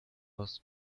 was